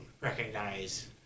recognize